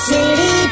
City